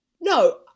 no